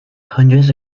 hundreds